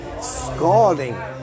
scalding